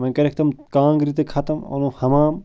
وَنۍ کَریکھ تِم کانگٔرِ تہِ ختم اوٚنُکھ حمام